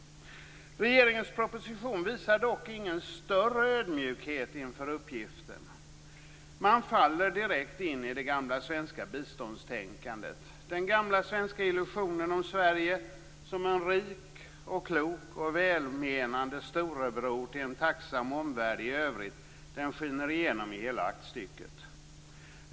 Regeringens proposition visar dock ingen större ödmjukhet inför uppgiften. Man faller direkt in i det gamla svenska biståndstänkandet. Den gamla svenska illusionen om Sverige som en rik, klok och välmenande storebror till en tacksam omvärld i övrigt skiner igenom i hela aktstycket.